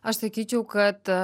aš sakyčiau kad